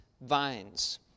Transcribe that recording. vines